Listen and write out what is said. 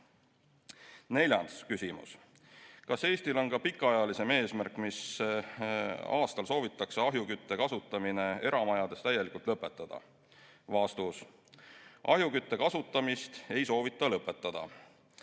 Neljas küsimus: "Kas Eestil on ka pikaajalisem eesmärk, mis aastal soovitakse ahjukütte kasutamine eramajades täielikult lõpetada?" Ahjukütte kasutamist ei soovita lõpetada.